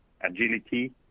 agility